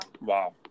Wow